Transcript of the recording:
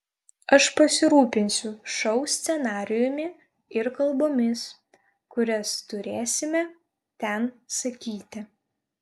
aš pasirūpinsiu šou scenarijumi ir kalbomis kurias turėsime ten sakyti